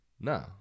No